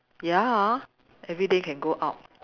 ya everyday can go out